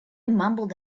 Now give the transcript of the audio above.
mumbled